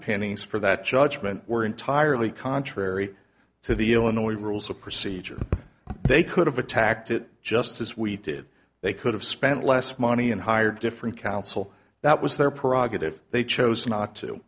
underpinnings for that judgment were entirely contrary to the illinois rules of procedure they could have attacked it just as we did they could have spent less money and hire different counsel that was their prerogative they chose not to